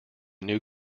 new